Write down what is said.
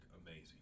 amazing